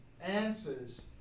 answers